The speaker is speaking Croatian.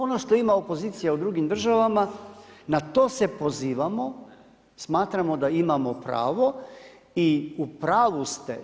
Ono što ima opozicija u drugim državama na to se pozivamo, smatramo da imamo pravo i u pravu ste.